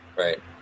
Right